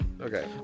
Okay